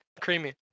creamy